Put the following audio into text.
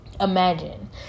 imagine